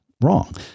wrong